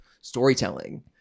storytelling